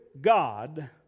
God